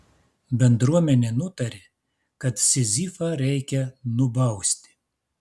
bendruomenė nutarė kad sizifą reikia nubausti